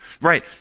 right